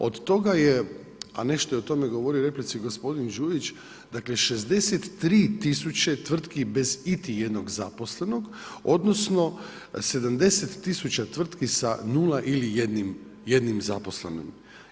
O toga je, a nešto je o tome govorio i u replici gospodin Đujić, dakle 36 tisuće tvrtki bez iti jednog zaposlenih, odnosno, 70 tisuća tvrtki sa 0 ili 1 zaposlenim.